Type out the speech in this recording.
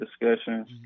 discussions